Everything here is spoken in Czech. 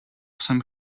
jsem